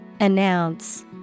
Announce